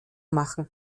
machen